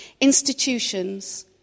institutions